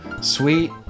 sweet